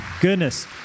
Goodness